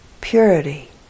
purity